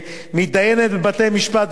מתדיינת בבתי-משפט,